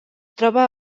troba